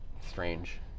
Strange